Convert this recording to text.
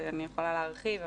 אני יכולה להרחיב,